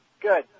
Good